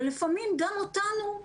ולפעמים גם אותנו,